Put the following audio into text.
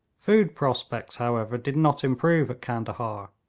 food prospects, however, did not improve at candahar,